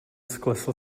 sklesl